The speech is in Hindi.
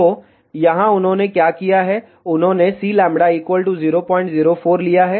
तो यहाँ उन्होंने क्या किया है उन्होंने Cλ 004 लिया है